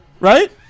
right